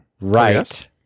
Right